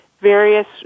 various